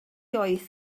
oedd